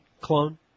clone